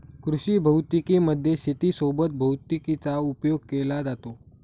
कृषी भौतिकी मध्ये शेती सोबत भैतिकीचा उपयोग केला जातो